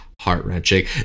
heart-wrenching